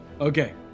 Okay